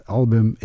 album